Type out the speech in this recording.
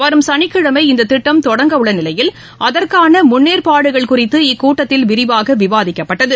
வரும் சனிக்கிழமை இந்ததிட்டம் தொடங்கவுள்ளநிலையில் அதற்கானமுன்னேற்பாடுகள் குறித்து இக்கூட்டத்தில் விரிவாகவிவாதிக்கப்பட்டது